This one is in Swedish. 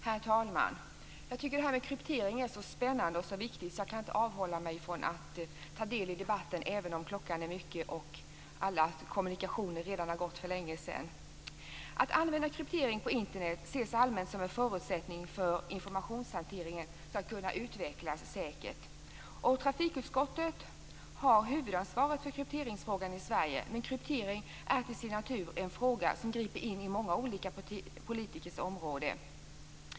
Herr talman! Jag tycker att detta med kryptering är så spännande och viktigt att jag inte kan avhålla mig från att ta del av debatten även om klockan är mycket och alla kommunikationer redan har gått för länge sedan. Att använda kryptering på Internet ses allmänt som en förutsättning för att informationshanteringen skall kunna utvecklas säkert. Trafikutskottet har huvudansvaret för krypteringsfrågan i Sverige, men kryptering är till sin natur en fråga som griper in i många olika politikers område.